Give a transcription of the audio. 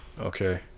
Okay